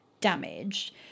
damaged